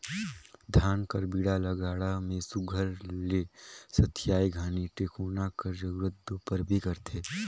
धान कर बीड़ा ल गाड़ा मे सुग्घर ले सथियाए घनी टेकोना कर जरूरत दो परबे करथे